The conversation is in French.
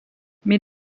mais